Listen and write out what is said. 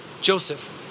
Joseph